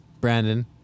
Brandon